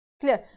clear